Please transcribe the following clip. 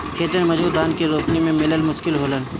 खेतिहर मजूर धान के रोपनी में मिलल मुश्किल होलन